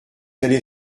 allez